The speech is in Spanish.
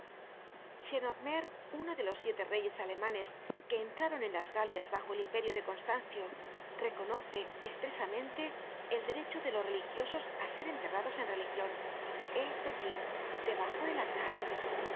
uno de los siete reyes alemanes que entraron en las galias bajo el imperio de constancio reconoce espresamente el derecho de los religiosos á ser enterrados en religion es decir debajo del altar